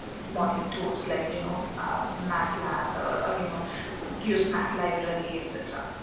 modeling tools. like you know matlab or you know use math library etc.